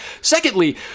Secondly